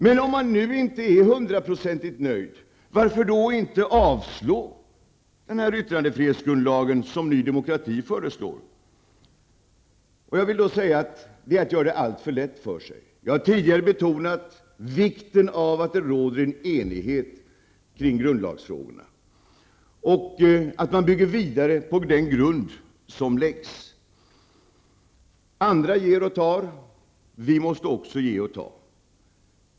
Men om man nu inte är hundraprocentigt nöjd, varför då inte avslå den här yttrandefrihetsgrundlagen, som Ny Demokrati föreslår? Jag vill säga att det är att göra det alltför lätt för sig. Jag har tidigare betonat vikten av att det råder en enighet kring grundlagsfrågorna och att man bygger vidare på den grund som läggs. Andra ger och tar, vi måste också ge och ta.